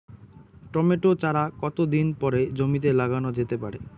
Tomato চারা কতো দিন পরে জমিতে লাগানো যেতে পারে?